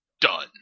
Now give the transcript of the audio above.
done